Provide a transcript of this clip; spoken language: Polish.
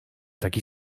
taki